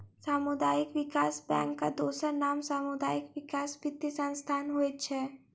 सामुदायिक विकास बैंकक दोसर नाम सामुदायिक विकास वित्तीय संस्थान होइत छै